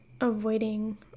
avoiding